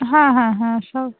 হ্যাঁ হ্যাঁ হ্যাঁ সব